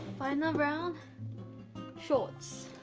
find them brown shorts